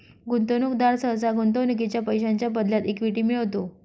गुंतवणूकदार सहसा गुंतवणुकीच्या पैशांच्या बदल्यात इक्विटी मिळवतो